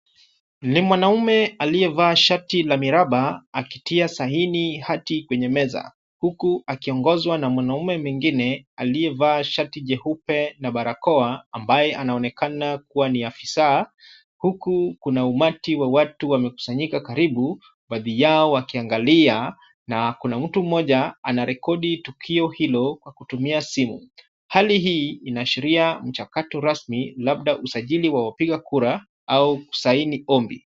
Ni mwanaume aliyevaa shati la miraba akitia sahini hati kwenye meza. Huku akiongozwa na mwanaume mwingine aliyevaa shati jeupe na barakoa ambaye anaonekana kuwa ni afisa, huku kuna umati wa watu wamekusanyika karibu, baadhi yao wakiangalia na kuna mtu mmoja anarekodi tukio hilo kwa kutumia simu. Hali hii inaashiria mchakato rasmi labda usajili wa wapiga kura au kusaini ombi.